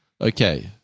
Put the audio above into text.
Okay